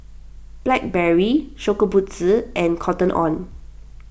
Blackberry Shokubutsu and Cotton on